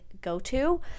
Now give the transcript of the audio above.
go-to